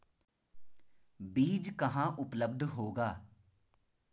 बीज कहाँ उपलब्ध होगा?